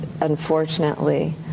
unfortunately